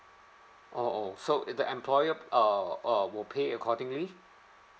oh oh so it the employer uh uh will pay accordingly